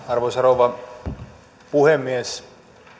arvoisa rouva puhemies